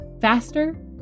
faster